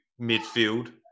midfield